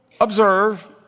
observe